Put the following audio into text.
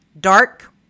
dark